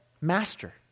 Master